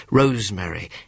rosemary